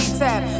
tap